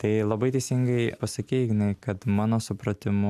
tai labai teisingai pasakei ignai kad mano supratimu